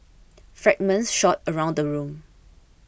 fragments shot around the room